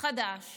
חדש